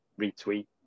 retweet